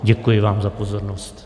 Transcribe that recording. Děkuji vám za pozornost.